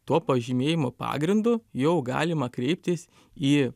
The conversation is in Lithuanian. to pažymėjimo pagrindu jau galima kreiptis į